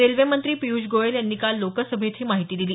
railway मंत्री पिय्ष गोयल यांनी काल लोकसभेत ही माहिती दिली